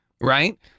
right